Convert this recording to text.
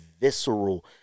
visceral